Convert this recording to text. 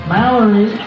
Mallory